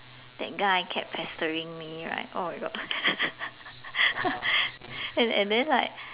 that guy kept pestering me right oh my god and and then like